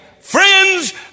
friends